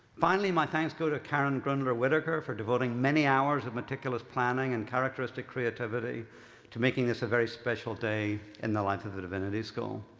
finally, my thanks go to karin grundler-whitacre for devoting many hours of meticulous planning and characteristic creativity to making this a very special day in the life of the divinity school.